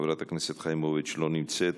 חברת הכנסת חיימוביץ' לא נמצאת.